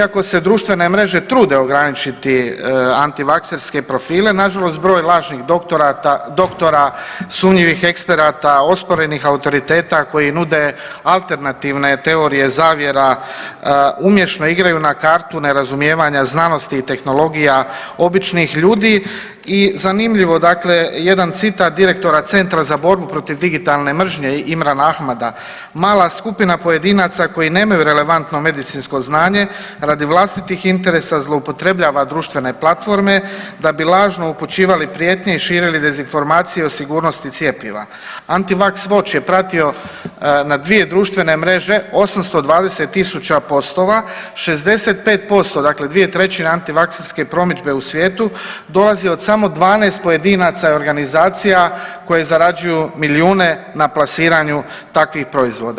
Ako se društvene mreže trude ograničiti antivakserske profile, na žalost broj lažnih doktora, sumnjivih eksperata, osporenih autoriteta koji nude alternativne teorije zavjera, umješno igraju na kartu nerazumijevanja znanosti i tehnologija običnih ljudi i zanimljivo dakle, jedan citat direktora Centra za borbu protiv digitalne mržnje Imrana Ahmeda: „Mala skupina pojedinaca koji nemaju relevantno medicinsko znanje radi vlastitih interesa zloupotrebljava društvene platforme da bi lažno upućivali prijetnje i širili dezinformacije o sigurnosti cjepiva.“ Antivaks vatch je pratio na dvije društvene mreže 820 tisuća postova, 65% dakle, 2/3 antivakserske promidžbe u svijetu dolazi od samo 12 pojedinaca i organizacija koje zarađuju milijune na plasiranju takvih proizvoda.